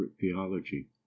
theology